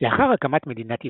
לאחר הקמת מדינת ישראל,